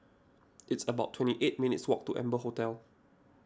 it's about twenty eight minutes' walk to Amber Hotel